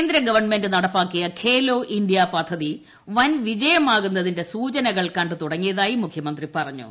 കേന്ദ്ര ഗവൺമെന്റ് നടപ്പാക്കിയ ഖേലോ ഇന്ത്യ പദ്ധതി പൻ വിജയമാകുന്നതിന്റെ സൂചനകൾ കണ്ടു തുടങ്ങിയതായി മുഖ്യമന്ത്രി പറഞ്ഞു